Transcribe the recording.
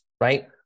right